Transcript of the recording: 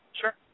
Sure